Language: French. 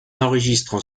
enregistrent